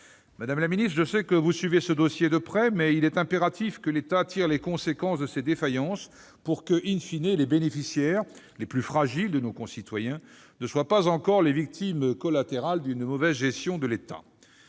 Madame la secrétaire d'État, je sais que vous suivez ce dossier de près, mais il est impératif que l'État tire les conséquences de ces défaillances, pour que,, les bénéficiaires, les plus fragiles de nos concitoyens, ne soient pas encore les victimes collatérales de sa mauvaise gestion. Par